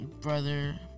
brother